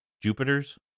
Jupiter's